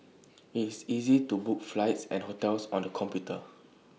IT is easy to book flights and hotels on the computer